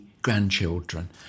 Grandchildren